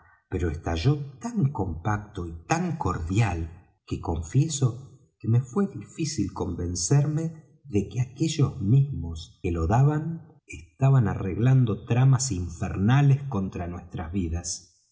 pero estalló tan compacto y tan cordial que confieso que me fué difícil convencerme de que aquellos mismos que lo daban estaban arreglando tramas infernales contra nuestras vidas